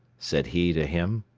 said he to him.